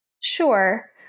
Sure